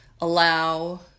allow